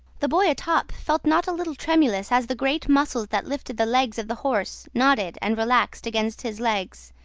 the boy atop felt not a little tremulous as the great muscles that lifted the legs of the horse knotted and relaxed against his legs,